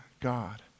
God